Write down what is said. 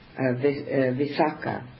Visaka